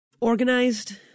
organized